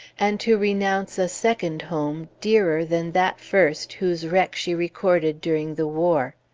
and to renounce a second home dearer than that first whose wreck she recorded during the war.